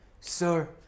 Sir